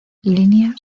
línea